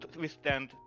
withstand